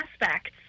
aspects